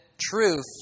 truth